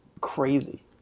crazy